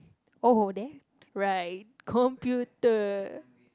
oh there right computer